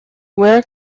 where